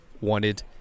wanted